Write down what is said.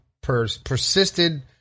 persisted